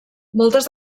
moltes